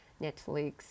Netflix